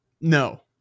no